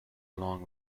along